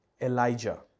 Elijah